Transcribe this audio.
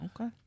Okay